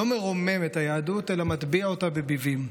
לא מרומם את היהדות, אלא מטביע אותה בביבים,